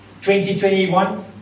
2021